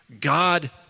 God